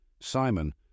Simon